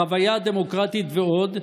החוויה דמוקרטית ועוד,